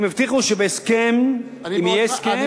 הם הבטיחו שאם יהיה הסכם,